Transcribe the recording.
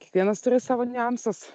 kiekvienas turi savo niuansus